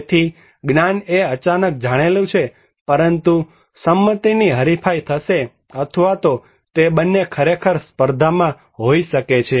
તેથી જ્ઞાન એ અચાનક જાણેલું છે પરંતુ સંમતિની હરીફાઈ થશે અથવા તો તે બંને ખરેખર સ્પર્ધામાં હોઈ શકે છે